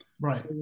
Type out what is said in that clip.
Right